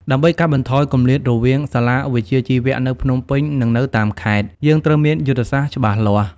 ដើម្បីកាត់បន្ថយគម្លាតរវាងសាលាវិជ្ជាជីវៈនៅភ្នំពេញនិងនៅតាមខេត្ត យើងត្រូវមានយុទ្ធសាស្ត្រច្បាស់លាស់។